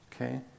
Okay